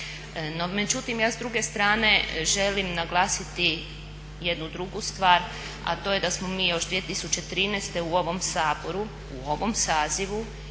No međutim, ja s druge strane želim naglasiti jednu drugu stvar, a to je da smo mi još 2013. u ovom Saboru, u ovom sazivu